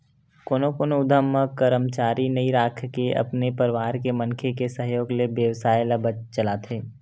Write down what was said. कोनो कोनो उद्यम म करमचारी नइ राखके अपने परवार के मनखे के सहयोग ले बेवसाय ल चलाथे